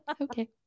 Okay